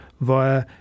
via